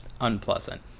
unpleasant